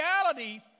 reality